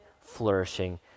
flourishing